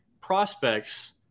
prospects